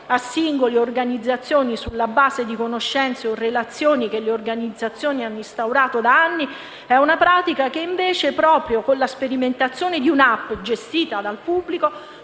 a singoli o organizzazioni sulla base di conoscenze o relazioni che le organizzazioni hanno instaurato da anni è una pratica che, proprio con la sperimentazione di una *app* gestita dal pubblico,